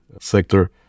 sector